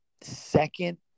second